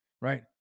right